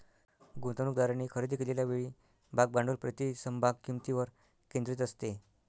गुंतवणूकदारांनी खरेदी केलेल्या वेळी भाग भांडवल प्रति समभाग किंमतीवर केंद्रित असते